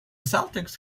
celtics